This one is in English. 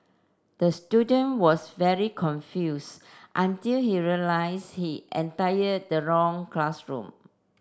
the student was very confuse until he realise he entire the wrong classroom